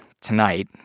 tonight